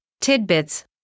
tidbits